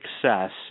success –